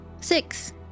Six